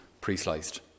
pre-sliced